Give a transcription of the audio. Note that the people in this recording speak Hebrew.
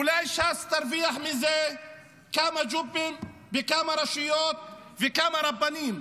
אולי ש"ס תרוויח מזה כמה ג'ובים בכמה רשויות וכמה רבנים.